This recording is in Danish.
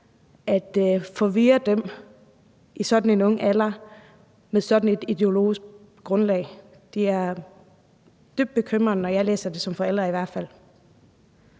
at forvirre dem i sådan en ung alder med sådan et ideologisk grundlag? Det er i hvert fald dybt bekymrende, når jeg læser det som forælder. Kl.